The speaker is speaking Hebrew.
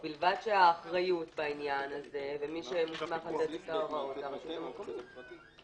ובלבד שהאחריות בעניין הזה ומי שמוסמך לתת את ההוראות זה הרשות המקומית.